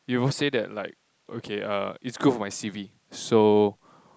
you won't say that like okay err it's good for my c_v so